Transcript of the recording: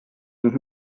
ning